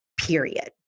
period